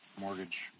Mortgage